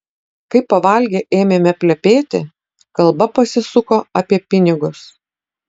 kai pavalgę ėmėme plepėti kalba pasisuko apie pinigus